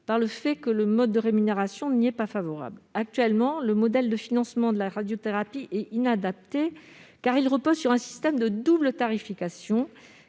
par le fait que le mode de rémunération n'y est pas favorable. Actuellement, le modèle de financement de la radiothérapie est inadapté, car il repose sur un système de double tarification